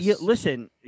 listen